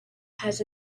has